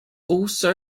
also